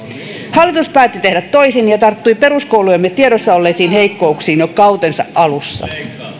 hallitus päätti tehdä toisin ja tarttui peruskoulujemme tiedossa olleisiin heikkouksiin jo kautensa alussa